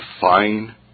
fine